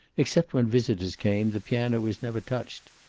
except when visitors came, the piano was never touched,